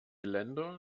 länder